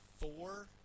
four